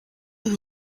und